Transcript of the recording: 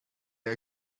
air